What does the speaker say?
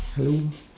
hello